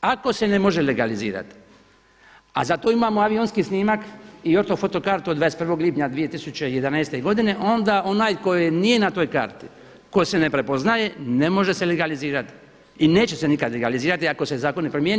Ako se ne može legalizirati, a za to imamo avionski snimak i ortofoto kartu od 21. lipnja 2011. godine, onda onaj tko nije na toj karti tko se ne prepoznaje ne može se legalizirati i neće se nikad legalizirati ako se zakon ne promijeni.